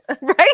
Right